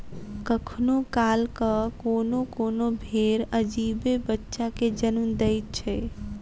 कखनो काल क कोनो कोनो भेंड़ अजीबे बच्चा के जन्म दैत छै